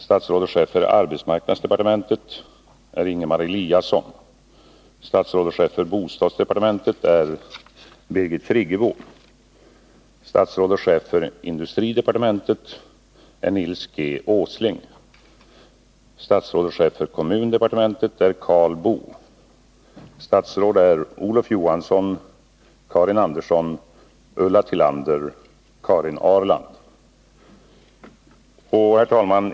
Statsråd och chef för arbetsmarknadsdepartementet är Ingemar Eliasson. Statsråd och chef för bostadsdepartementet är Birgit Friggebo. Statsråd och chef för kommundepartementet är Karl Boo. Herr talman!